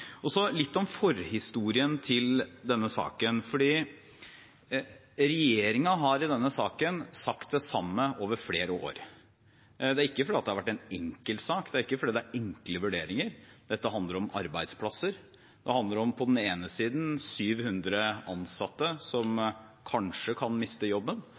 Så litt om forhistorien til denne saken – regjeringen har i denne saken sagt det samme over flere år. Det er ikke fordi det har vært en enkel sak, det er ikke fordi det er enkle vurderinger. Dette handler om arbeidsplasser. Det handler om på den ene siden 700 ansatte som kanskje kan miste jobben,